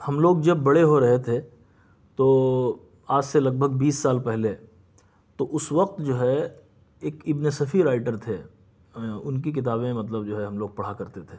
ہم لوگ جب بڑے ہو رہے تھے تو آج سے لگ بھگ بیس سال پہلے تو اس وقت جو ہے ایک ابن صفی رائیٹر تھے ان کی کتابیں مطلب جو ہے ہم لوگ پڑھا کرتے تھے